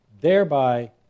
thereby